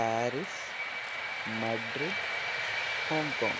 Paris Madrid Hong Kong